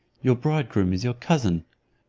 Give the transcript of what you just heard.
your bridegroom is your cousin,